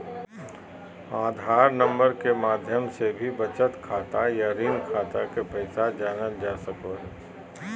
आधार number के माध्यम से भी बचत खाता या ऋण खाता के पैसा जानल जा सको हय